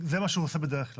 זה מה שהוא עושה בדרך כלל,